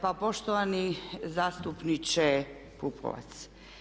Pa poštovani zastupniče Pupovac.